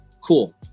Cool